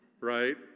right